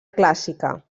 clàssica